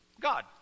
God